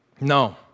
no